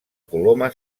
coloma